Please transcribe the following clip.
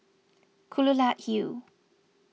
Kelulut Hill